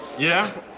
yeah?